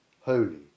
holy